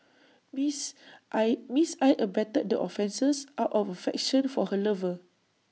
Miss I miss I abetted the offences out of affection for her lover